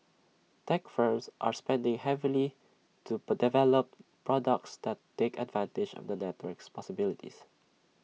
tech firms are spending heavily to develop products that take advantage of the network's possibilities